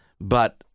but-